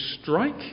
strike